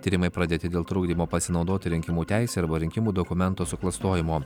tyrimai pradėti dėl trukdymo pasinaudoti rinkimų teise arba rinkimų dokumento suklastojimo